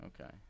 okay